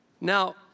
Now